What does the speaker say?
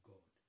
God